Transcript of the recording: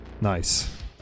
Nice